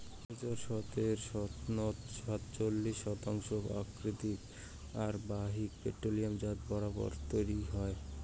দুই হাজার সতের সনত সাতচল্লিশ শতাংশ প্রাকৃতিক আর বাকি পেট্রোলিয়ামজাত রবার তৈয়ার হয়